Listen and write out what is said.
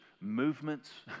movements